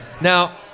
Now